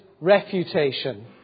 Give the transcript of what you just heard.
refutation